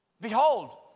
Behold